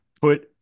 put